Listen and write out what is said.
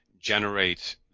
generate